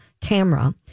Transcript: camera